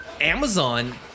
Amazon